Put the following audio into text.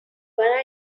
but